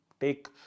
take